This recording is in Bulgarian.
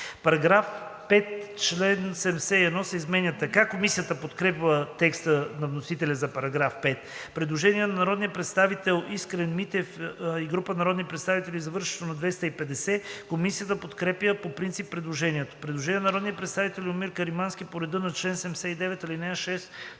§ 5. Член 71 се изменя така: Комисията подкрепя текста на вносителя за § 5. Предложение на народния представител Искрен Митев и група народни представители, завършващо на 250. Комисията подкрепя по принцип предложението. Предложение на народния представител Любомир Каримански, направено по реда на чл. 79, ал. 6,